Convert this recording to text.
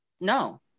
no